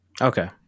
Okay